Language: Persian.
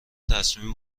تصمیم